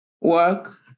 work